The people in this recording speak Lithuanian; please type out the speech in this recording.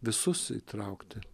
visus įtraukti